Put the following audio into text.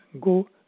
go